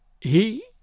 He